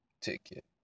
ticket